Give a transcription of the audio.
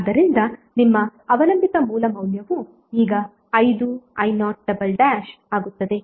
ಆದ್ದರಿಂದ ನಿಮ್ಮ ಅವಲಂಬಿತ ಮೂಲ ಮೌಲ್ಯವು ಈಗ 5i0 ಆಗುತ್ತದೆ